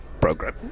Program